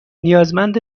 نیازمند